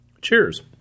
Cheers